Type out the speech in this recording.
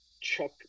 Chuck